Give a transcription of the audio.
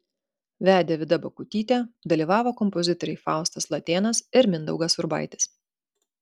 vedė vida bakutytė dalyvavo kompozitoriai faustas latėnas ir mindaugas urbaitis